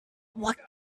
what